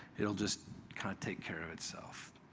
it'll just kind of take care of itself.